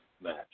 match